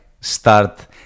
start